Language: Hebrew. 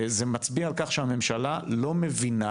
זה מצביע על כך שהממשלה לא מבינה